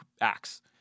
acts